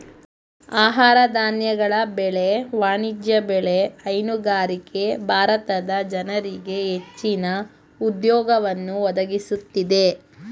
ಆಹಾರ ಧಾನ್ಯಗಳ ಬೆಳೆ, ವಾಣಿಜ್ಯ ಬೆಳೆ, ಹೈನುಗಾರಿಕೆ ಭಾರತದ ಜನರಿಗೆ ಹೆಚ್ಚಿನ ಉದ್ಯೋಗವನ್ನು ಒದಗಿಸುತ್ತಿದೆ